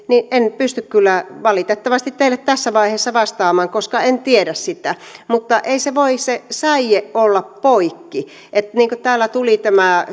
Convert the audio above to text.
niin en pysty kyllä valitettavasti teille tässä vaiheessa vastaamaan koska en tiedä sitä mutta ei se säie voi olla poikki niin kuin täällä tuli tämä